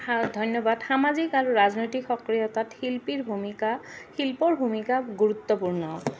ধন্যবাদ সামাজিক আৰু ৰাজনৈতিক সক্ৰিয়তাত শিল্পীৰ ভূমিকা শিল্পৰ ভূমিকা গুৰুত্বপূৰ্ণ